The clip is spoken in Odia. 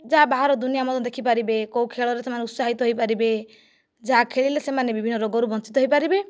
ଯାହା ବାହାର ଦୁନିଆଁ ମଧ୍ୟ ଦେଖିପାରିବେ କେଉଁ ଖେଳରେ ସେମାନେ ଉତ୍ସାହିତ ହୋଇପାରିବେ ଯାହା ଖେଳିଲେ ସେମାନେ ବିଭିନ୍ନ ରୋଗରୁ ବଞ୍ଚିତ ହୋଇପାରିବେ